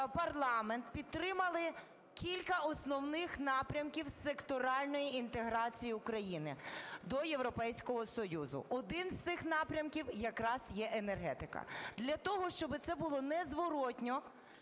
парламент підтримали кілька основних напрямків секторальної інтеграції України до Європейського Союзу. Один з цих напрямків якраз є енергетика. Для того, щоб це було незворотне,